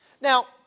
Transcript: Now